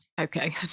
Okay